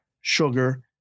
sugar